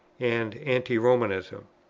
and anti-romanism.